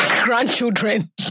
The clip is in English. Grandchildren